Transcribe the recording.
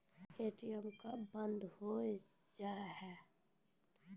ATM कब बंद हो जाता हैं?